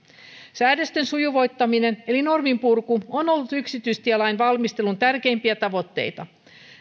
säädösten sujuvoittaminen eli norminpurku on ollut yksityistielain valmistelun tärkeimpiä tavoitteita